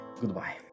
Goodbye